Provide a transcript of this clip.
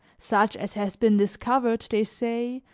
such as has been discovered, they say,